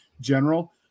general